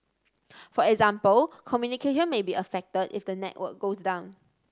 for example communication may be affected if the network goes down